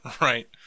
Right